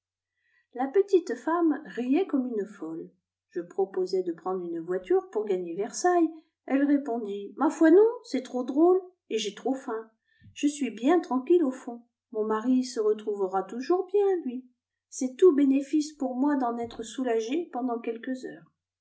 la petite femme riait comme une folle je proposai de prendre une voiture pour gagner versailles elle répondit ma foi non c'est trop drôle et j'ai trop faim je suis bien tranquille au fond mon mari se retrouvera toujours bien lui c'est tout bénéfice pour moi d'en être soulagée pendant quelques heures